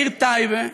בעיר טייבה,